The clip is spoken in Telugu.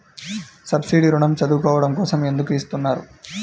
సబ్సీడీ ఋణం చదువుకోవడం కోసం ఎందుకు ఇస్తున్నారు?